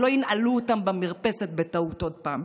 שלא ינעלו אותם במרפסת בטעות עוד פעם.